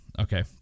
Okay